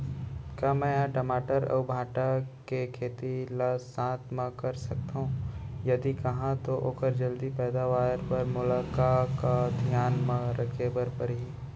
का मै ह टमाटर अऊ भांटा के खेती ला साथ मा कर सकथो, यदि कहाँ तो ओखर जलदी पैदावार बर मोला का का धियान मा रखे बर परही?